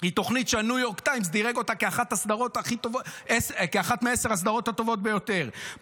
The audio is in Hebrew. היא תוכנית שהניו יורק טיימס דירג כאחת מעשר הסדרות הטובות ביותר,